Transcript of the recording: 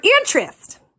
interest